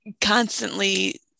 constantly